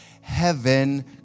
heaven